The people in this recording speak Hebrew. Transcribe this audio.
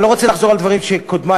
אני לא רוצה לחזור על דברים של קודמי,